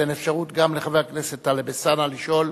תינתן אפשרות גם לחבר הכנסת טלב אלסאנע לשאול